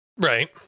Right